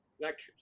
lectures